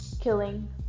killing